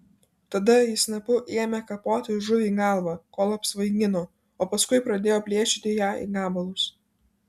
tada ji snapu ėmė kapoti žuviai galvą kol apsvaigino o paskui pradėjo plėšyti ją į gabalus